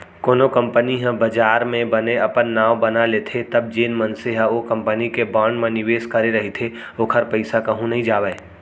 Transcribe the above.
कोनो कंपनी ह बजार म बने अपन नांव बना लेथे तब जेन मनसे ह ओ कंपनी के बांड म निवेस करे रहिथे ओखर पइसा कहूँ नइ जावय